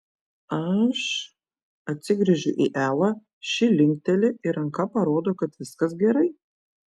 aš atsigręžiu į elą ši linkteli ir ranka parodo kad viskas gerai